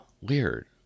Weird